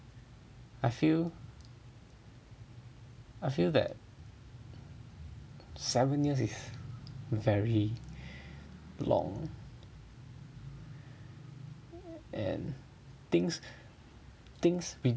I feel I feel that seven years is very long and things things